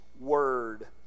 word